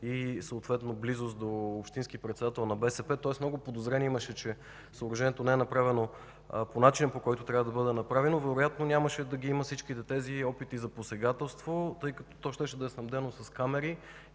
и съответна близост до общински председател на БСП, тоест много подозрения имаше, че съоръжението не е направено по начина, по който трябва да бъде направено, вероятно нямаше да ги има всичките тези опити за посегателство, тъй като то щеше да е снабдено с камери